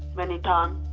many times.